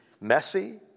messy